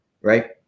right